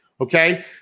okay